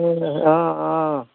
অঁ অঁ